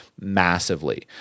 massively